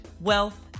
wealth